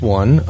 one